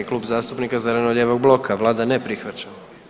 Klub zastupnika zeleno-lijevog bloka, vlada ne prihvaća.